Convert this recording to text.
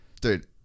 dude